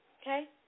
okay